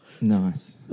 Nice